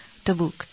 Tabuk